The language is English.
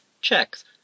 Checks